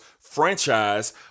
franchise